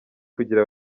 kugira